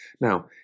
Now